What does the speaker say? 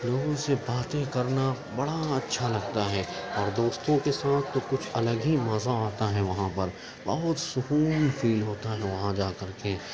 لوگوں سے باتیں کرنا بڑا اچھا لگتا ہے اور دوستوں کے ساتھ تو کچھ الگ ہی مزہ آتا ہے وہاں پر بہت سکون فیل ہوتا ہے وہاں جا کر کے